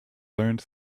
learned